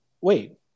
wait